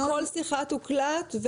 כל שיחה תוקלט,